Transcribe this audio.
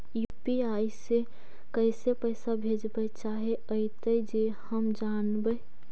UPI से कैसे पैसा भेजबय चाहें अइतय जे हम जानबय?